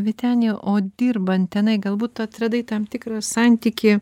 vytenio o dirbant tenai galbūt tu atradai tam tikrą santykį